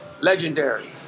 legendary